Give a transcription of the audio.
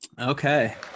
okay